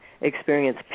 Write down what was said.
experience